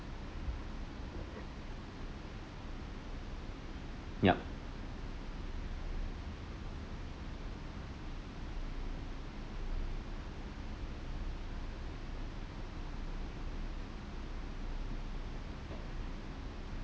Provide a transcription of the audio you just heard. yep